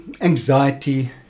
anxiety